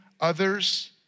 others